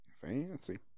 fancy